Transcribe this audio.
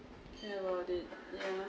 heard about it yeah